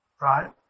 right